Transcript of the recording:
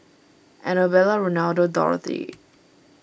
Annabella Ronaldo Dorothy